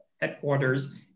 headquarters